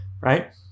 right